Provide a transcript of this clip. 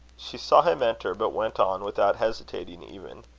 she saw him enter, but went on without hesitating even.